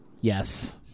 yes